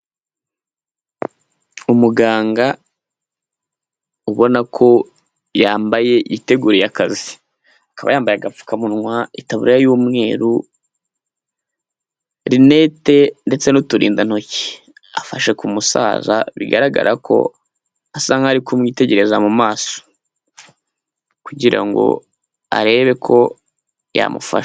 Umuganga ubona ko yambaye, yiteguriye akazi, akaba yambaye agapfukamunwa, itabariya y'umweru, rinete ndetse n'uturindantoki, afashe ku musaza bigaragara ko asa nk'aho ari kumwitegereza mu maso kugira ngo arebe ko yamufasha.